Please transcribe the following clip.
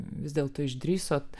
vis dėlto išdrįso